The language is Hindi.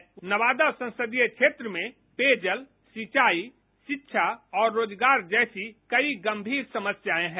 देखें तो नवादा संसदीय क्षेत्र में पेयजल सिचाई षिक्षा और रोजगार जैसी कई गंभीर समस्याएं है